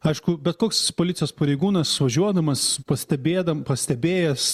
aišku bet koks policijos pareigūnas važiuodamas pastebėdam pastebėjęs